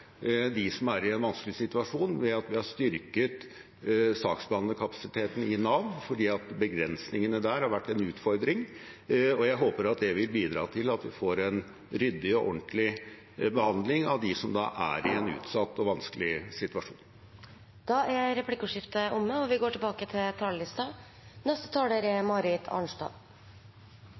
som er i en vanskelig situasjon, ved at vi har styrket saksbehandlerkapasiteten i Nav, fordi begrensningene der har vært en utfordring. Jeg håper det vil bidra til at vi får en ryddig og ordentlig behandling av dem som er i en utsatt og vanskelig situasjon. Replikkordskiftet er omme. Revidert nasjonalbudsjett markerer jo et slags punktum for vårsesjonen i Stortinget. Hvis jeg skal gi en liten kred til regjeringen, så er